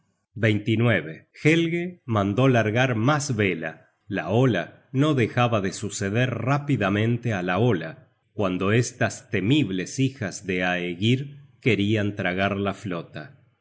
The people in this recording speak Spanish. ó rocas helge mandó largar mas vela la ola no dejaba de suceder rápidamente á la ola cuando estas temibles hijas de aegir querian tragar la flota